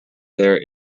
there